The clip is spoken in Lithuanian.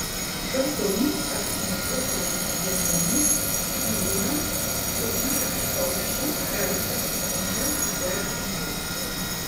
šaltomis ar snieguotomis žiemomis gyvūnams o ypač paukščiams gali tapti sunkiau susirasti maisto